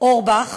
אורבך,